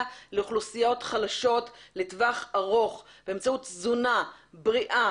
לאוכלוסיות חלשות לטווח ארוך באמצעות תזונה בריאה,